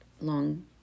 long